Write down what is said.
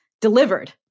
delivered